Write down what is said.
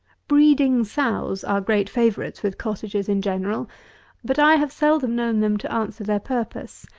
breeding sows are great favourites with cottagers in general but i have seldom known them to answer their purpose.